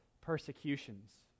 persecutions